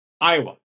Iowa